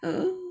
err